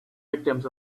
victims